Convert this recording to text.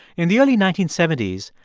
in the early nineteen seventy s,